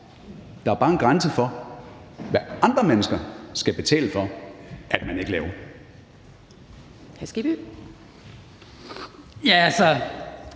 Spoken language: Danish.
Der er bare en grænse for, hvad andre mennesker skal betale for, hvad man ikke laver. Kl. 10:50 Anden